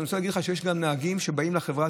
אני רוצה להגיד לך שיש גם נהגים שבאים לחברת